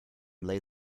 lay